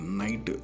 night